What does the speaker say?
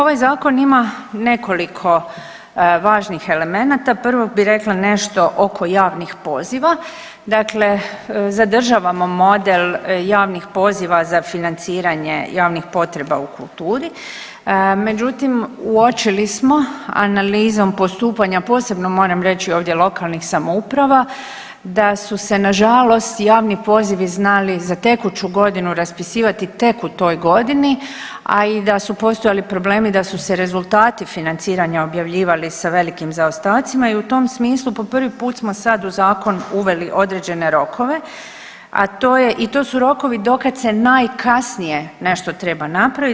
Ovaj zakon ima nekoliko važnih elemenata, prvo bih rekla nešto oko javnih poziva, dakle zadržavamo model javnih poziva za financiranje javnih potreba u kulturi, međutim uočili smo analizom postupanja, posebno moram reći ovdje lokalnih samouprava da su se nažalost javni pozivi znali za tekuću godinu raspisivati tek u toj godini, a i da su postojali problemi da su se rezultati financiranja objavljivali sa velikim zaostacima i u tom smislu po prvi put smo sad u zakon uveli određen rokove, a to je i to su rokovi do kad se najkasnije nešto treba napraviti.